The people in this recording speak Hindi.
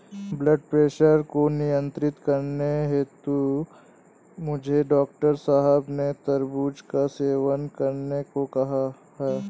ब्लड प्रेशर को नियंत्रित करने हेतु मुझे डॉक्टर साहब ने तरबूज का सेवन करने को कहा है